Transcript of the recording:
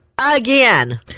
Again